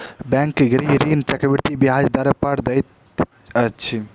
bank गृह ऋण चक्रवृद्धि ब्याज दर पर दैत अछि